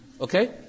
Okay